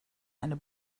eine